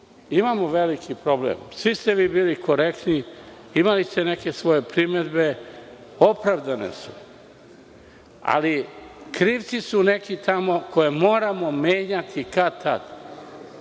Imamo veliki problem. Svi ste vi bili korektni. Imali ste neke svoje primedbe i one su opravdane, ali krivci su neki tamo koje moramo menjati kad-tad.